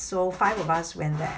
so five of us went there